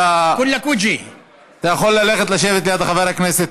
אתה יכול ללכת לשבת ליד חבר הכנסת,